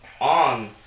on